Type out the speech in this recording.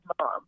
mom